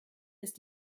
ist